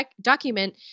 document